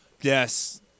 Yes